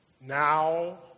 now